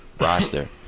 roster